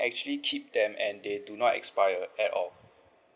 actually keep them and they do not expire at all